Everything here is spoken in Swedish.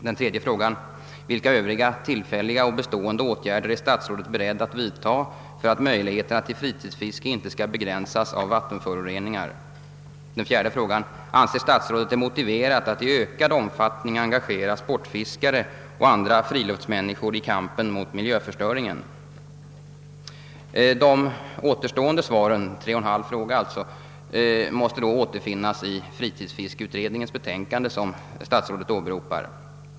Den tredje frågan: Vilka övriga tillfälliga och bestående åtgärder är statsrådet beredd att vidta för att möjligheterna till fritidsfiske inte skall begränsas av vattenföroreningar? Och den fjärde frågan: Anser statsrådet det motiverat att i ökad omfattning engagera sportfiskare och andra friluftsmänniskor i kampen mot miljöförstöringen? De återstående svaren — alltså på 3!/2 av mina frågor — måste då återfinnas i fritidsfiskeutredningens betänkande, som statsrådet åberopar.